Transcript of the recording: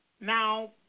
Now